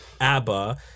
ABBA